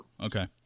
Okay